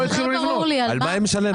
על מה היא משלמת?